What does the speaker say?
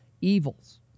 evils